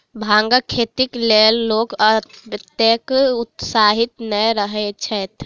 भांगक खेतीक लेल लोक ओतेक उत्साहित नै रहैत छैथ